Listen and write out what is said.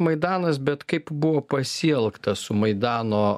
maidanas bet kaip buvo pasielgta su maidano